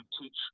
teach